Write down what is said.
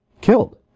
killed